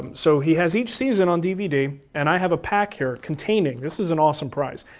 so he has each season on dvd, and i have a pack here containing. this is an awesome prize.